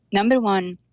number one,